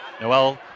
Noel